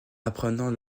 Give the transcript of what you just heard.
apprenant